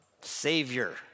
Savior